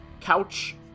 couch